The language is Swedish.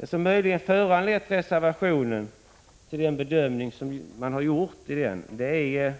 Det som möjligen har förlett reservanterna till den bedömning de har gjort är